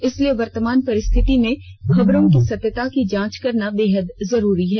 इसलिए वर्तमान परिस्थतियों में खबरों की सत्यता की जांच करना बेहद जरूरी है